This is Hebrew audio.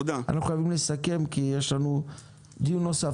אנחנו חייבים לסכם כי יש לנו דיון נוסף.